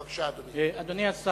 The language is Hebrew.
בבקשה, אדוני.